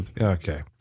Okay